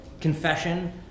confession